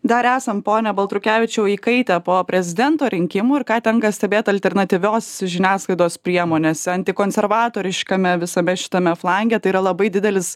dar esam pone baltrukevičiau įkaitę po prezidento rinkimų ir ką tenka stebėt alternatyvios žiniasklaidos priemonėse antikonservatoriškame visame šitame flange tai yra labai didelis